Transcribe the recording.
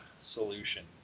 solution